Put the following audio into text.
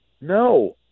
No